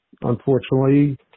unfortunately